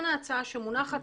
לעניין ההצעה שמונחת,